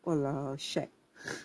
!wah! shag